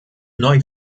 neu